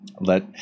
Let